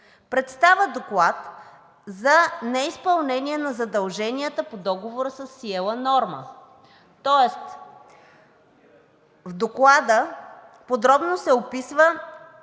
представя доклад за неизпълнение на задълженията по договора със „Сиела Норма“, тоест в доклада подробно се описва